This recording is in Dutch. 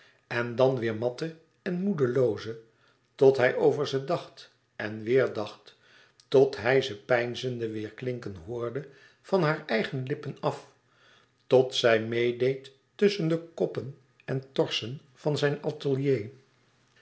en dan weêr matte en moedelooze tot hij over ze dacht en weêr dacht tot hij ze peinzende weêr klinken hoorde van haar eigen lippen af tot zij meêdeed tusschen de koppen en torsen van zijn atelier